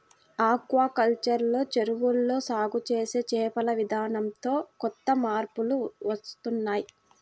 aquaculture లో చెరువుల్లో సాగు చేసే చేపల విధానంతో కొత్త మార్పులు వస్తున్నాయ్